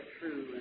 true